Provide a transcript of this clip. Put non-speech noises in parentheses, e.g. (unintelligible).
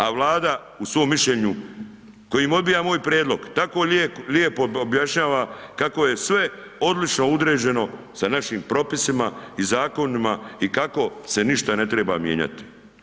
A Vlada u svom Mišljenju kojim odbija moj prijedlog, tako lijepo objašnjava kako je sve odlično ... (unintelligible) sa našim propisima i zakonima i kako se ništa ne treba mijenjati.